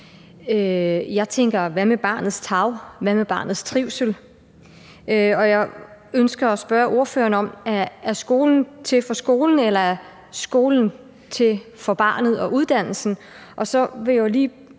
Jeg tænker: Hvad med barnets tarv? Hvad med barnets trivsel? Jeg ønsker at spørge ordføreren: Er skolen til for skolen, eller er skolen til for barnet og uddannelsen? Og så vil jeg lige